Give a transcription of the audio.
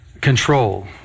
control